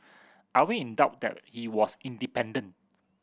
are we in doubt that he was independent